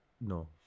No